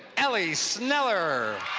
elle sneller